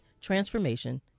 transformation